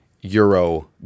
Euro